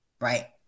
Right